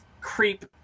creep